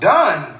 Done